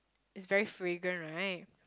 it's very fragrant right